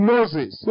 Moses